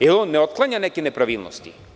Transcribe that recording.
Da li one ne otklanja neke nepravilnosti.